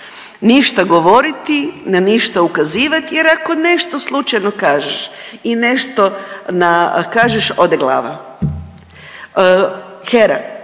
ništa govoriti, na ništa ukazivati jer ako nešto slučajno kažeš i nešto na kažeš ode glava. HERA,